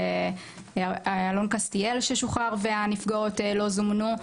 אלון קסטיאל ששוחרר והנפגעות לא זומנו.